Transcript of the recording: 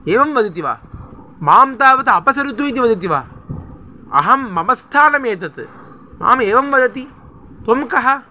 एवं वदति वा मां तावत् अपसरतु इति वदति वा अहं मम स्थानमेतत् आम् एवं वदति त्वं कः